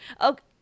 Okay